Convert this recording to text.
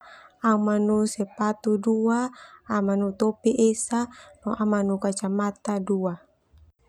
Au nanu sepatu dua au nanu topi esa nanu kacamata dua.